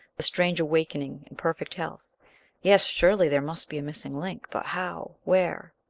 the strange awakening in perfect health yes, surely there must be a missing link but how? where?